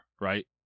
right